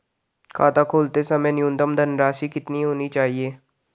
खाता खोलते समय न्यूनतम धनराशि कितनी होनी चाहिए?